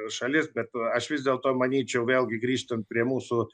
šalis bet aš vis dėlto manyčiau vėlgi grįžtant prie mūsų